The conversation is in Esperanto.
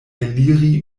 eliri